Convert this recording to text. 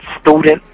student